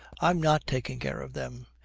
i am not taking care of them.